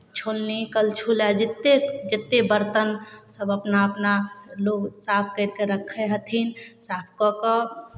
छोलनी करछुल आ जतेक जतेक बरतन सभ अपना अपना लोक साफ करि कऽ रखै हथिन साफ कऽ कऽ